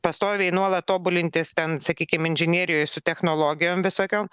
pastoviai nuolat tobulintis ten sakykim inžinerijoj su technologijom visokiom